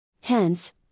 Hence